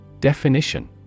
Definition